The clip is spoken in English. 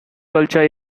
culture